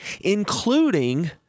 including